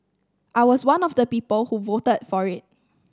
I was one of the people who voted for it